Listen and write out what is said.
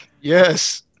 Yes